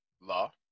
Law